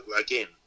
again